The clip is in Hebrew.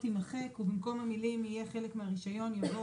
ובמקום המילים "יהיה חלק מהרישיון" יבוא